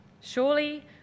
surely